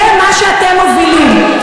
וזה מה שאתם מובילים.